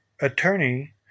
attorney